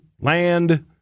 Land